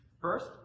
First